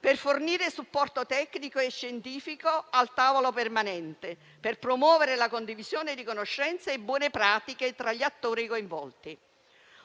per fornire supporto tecnico e scientifico al tavolo permanente e per promuovere la condivisione di conoscenza e buone pratiche tra gli attori coinvolti.